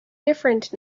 different